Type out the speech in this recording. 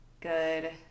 good